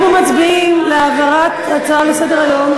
אנחנו מצביעים על העברת הצעה לסדר-היום,